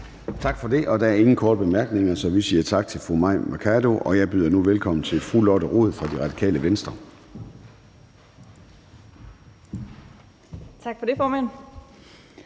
Tak for det. Der er ingen korte bemærkninger, så vi siger tak til fru Mai Mercado. Og jeg byder nu velkommen til fru Lotte Rod fra Radikale Venstre. Kl. 14:21 (Ordfører)